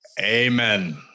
Amen